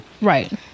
Right